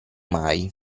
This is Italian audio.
mai